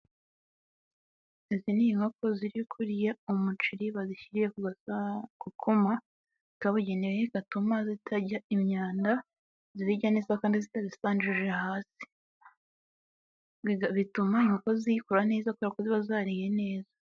Izi ni inkoko ziri kurya umuceri bazishyiriye ku kuma kabugenewe gatuma zitarya imyanda zibirya neza Kandi zitabisanjije hasi bituma inkoko zikurura neza kubera ko ziba zariye neza.